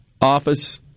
Office